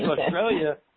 Australia